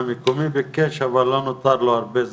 המודלים ההידרולוגים, וכן הלאה שנבנות